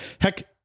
Heck